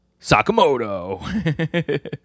Sakamoto